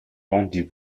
rendez